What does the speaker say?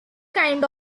kind